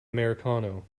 americano